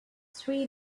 three